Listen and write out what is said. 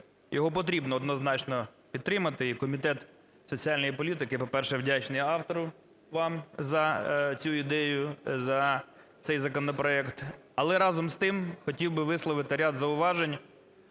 Його потрібно однозначно підтримати. І Комітет соціальної політики, по-перше, вдячний автору, вам, за цю ідею, за цей законопроект. Але, разом з тим, хотів би висловити ряд зауважень,